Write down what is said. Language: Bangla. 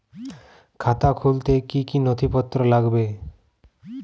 খাতা খুলতে কি কি নথিপত্র লাগবে?